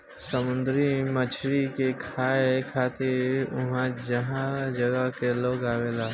समुंदरी मछरी के खाए खातिर उहाँ जगह जगह से लोग आवेला